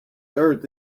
earth